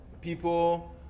people